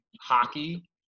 hockey